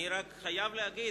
אני רק חייב להגיד,